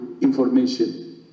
information